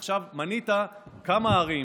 עכשיו, מנית כמה ערים,